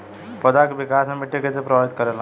पौधा के विकास मे मिट्टी कइसे प्रभावित करेला?